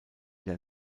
der